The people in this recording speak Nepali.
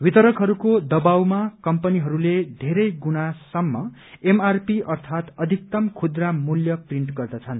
वितरकहरूको दवावमा कम्पनीहरूले धेरै गुणासम्म एमआरपी अर्थात अविक्तम खुव्रा मूल्य प्रिन्ट गर्दछन्